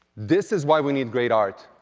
this is why we need great art.